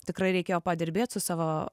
tikrai reikėjo padirbėt su savo